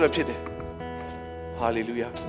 Hallelujah